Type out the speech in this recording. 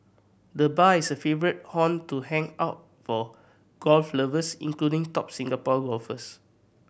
the bar is a favourite haunt to hang out for golf lovers including top Singapore golfers